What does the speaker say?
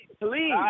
Please